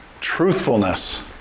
Truthfulness